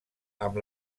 amb